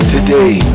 Today